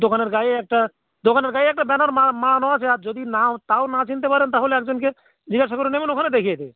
দোকানের গায়ে একটা দোকানের গায়ে একটা ব্যানার মারানো আছে আর যদি নাও তাও না চিনতে পারেন তাহলে একজনকে জিজ্ঞাসা করে নেবেন ওখানে দেখিয়ে দেবে